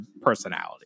personality